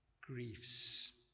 griefs